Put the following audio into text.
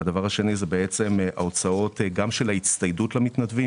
והשני הוא ההוצאות גם של הצטיידות המתנדבים